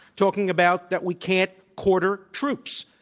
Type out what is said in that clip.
talking about that we can't quarter troops.